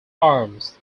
arms